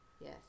Yes